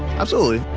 absolutely.